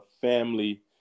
family